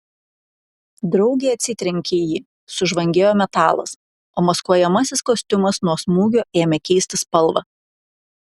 draugė atsitrenkė į jį sužvangėjo metalas o maskuojamasis kostiumas nuo smūgio ėmė keisti spalvą